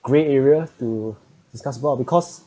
great area to discuss about because